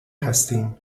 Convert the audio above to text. هستیم